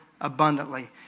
abundantly